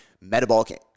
metabolic